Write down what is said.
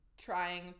Trying